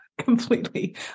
completely